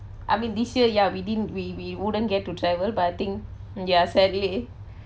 I mean this year ya we didn't we we wouldn't get to travel but I think ya sadly